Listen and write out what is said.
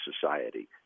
society